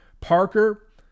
Parker